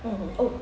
mmhmm